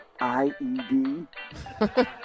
I-E-D